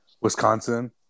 Wisconsin